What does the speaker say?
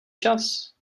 čas